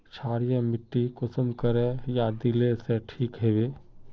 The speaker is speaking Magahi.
क्षारीय माटी कुंसम करे या दिले से ठीक हैबे?